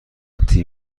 تیر